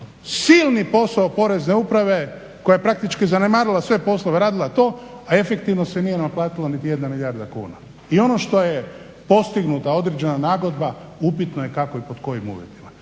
silni posao porezne uprave koja je praktički zanemarila sve poslove, radila to, a efektivno se nije naplatila niti 1 milijarda kuna. I ono što je postignuta određena nagodba upitno je kako i pod kojim uvjetima.